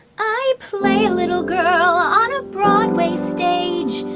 i play little girl on a broadway stage,